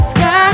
Sky